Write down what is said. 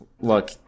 look